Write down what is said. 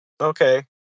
Okay